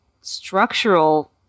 structural